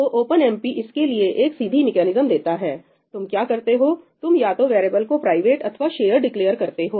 तो ओपनएमपी इसके लिए एक सीधी मेकैनिज्म देता है तुम क्या करते हो तुम या तो वेरिएबल को प्राइवेट अथवा शेयर्ड डिक्लेअर करते हो